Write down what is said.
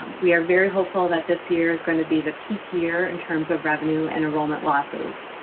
um we are very hopeful that this year is going to be the peak year in terms of revenue and enrollment losses.